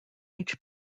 each